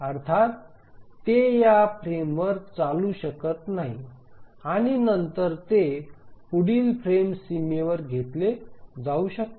अर्थात ते या फ्रेमवर चालू शकत नाही आणि नंतर ते पुढील फ्रेम सीमेवर घेतले जाऊ शकते